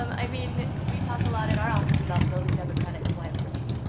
um i mean, we talk a lot at our office about building democratic philanthropy.